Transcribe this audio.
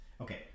Okay